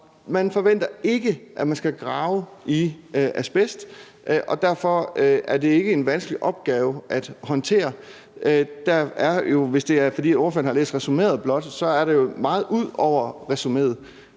Man forventer ikke, at man skal grave i asbest, og derfor er det ikke en vanskelig opgave at håndtere. Der er jo, hvis det er, fordi spørgeren blot har læst resuméet, meget ud over resuméet.